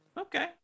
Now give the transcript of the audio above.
Okay